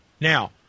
Now